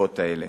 ההטבות האלה.